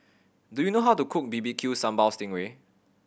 do you know how to cook B B Q Sambal sting ray